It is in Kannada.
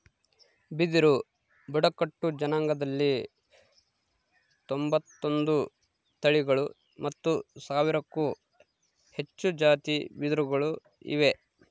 ಬಿದಿರು ಬುಡಕಟ್ಟು ಜನಾಂಗದಲ್ಲಿ ತೊಂಬತ್ತೊಂದು ತಳಿಗಳು ಮತ್ತು ಸಾವಿರಕ್ಕೂ ಹೆಚ್ಚು ಜಾತಿ ಬಿದಿರುಗಳು ಇವೆ